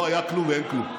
לא היה כלום ואין כלום.